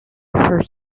her